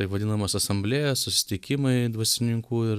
taip vadinamos asamblėjos susitikimai dvasininkų ir